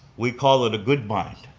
we call it a good mind.